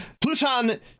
Pluton